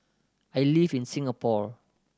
I live in Singapore